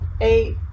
eight